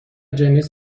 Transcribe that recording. جنیس